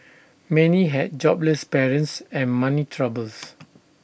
many had jobless parents and money troubles